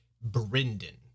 Brendan